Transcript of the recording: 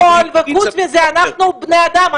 חוץ מלאכול וחוץ מזה אנחנו בני אדם,